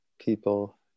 people